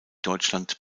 deutschland